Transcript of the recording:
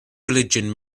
religion